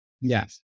Yes